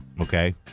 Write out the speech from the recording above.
Okay